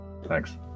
Thanks